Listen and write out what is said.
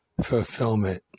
fulfillment